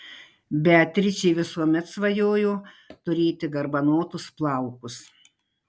beatričė visuomet svajojo turėti garbanotus plaukus